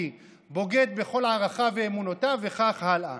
בוגד בכל ערכיו ואמונותיו וכך הלאה.